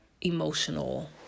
emotional